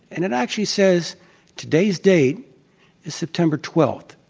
and it actually says today's date is september twelfth,